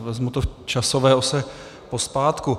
Vezmu to v časové ose pozpátku.